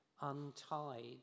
untied